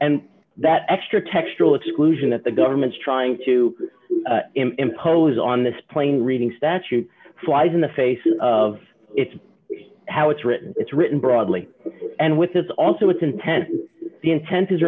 and that extra textual exclusion that the government's trying to impose on this plane reading statute flies in the face of d it's how it's written it's written broadly and with this also its intent the inten